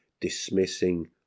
dismissing